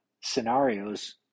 scenarios